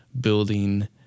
building